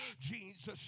Jesus